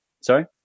Sorry